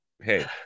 Hey